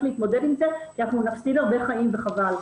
להתמודד עם זה כי אנחנו נפסיד הרבה חיים וחבל.